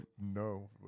no